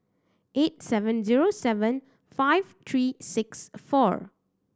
eight seven zero seven five three six four